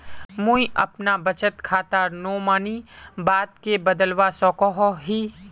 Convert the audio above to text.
मुई अपना बचत खातार नोमानी बाद के बदलवा सकोहो ही?